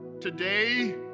today